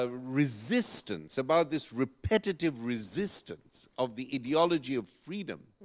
ah resistance, about this repetitive resistance of the ideology of freedom